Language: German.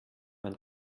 man